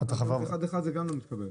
לעבור אחד אחד זה גם לא מקבל.